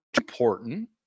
important